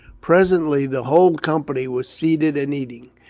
presently the whole company were seated and eating.